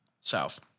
South